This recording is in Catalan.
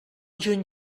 juny